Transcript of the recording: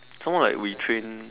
some more like we train